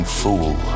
fool